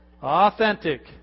Authentic